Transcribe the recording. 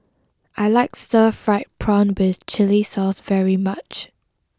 I like Stir Fried Prawn with Chili Sauce very much